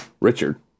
Richard